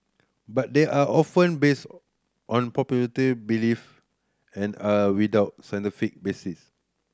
but they are often based on popularity belief and are without scientific basis